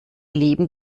leben